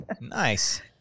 Nice